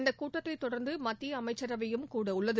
இந்த கூட்டத்தைத் தொடர்ந்து மத்திய அமைச்சரவையும் கூட உள்ளது